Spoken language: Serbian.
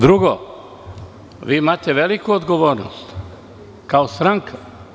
Drugo, vi imate veliku odgovornost kao stranka.